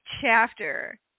chapter